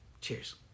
Cheers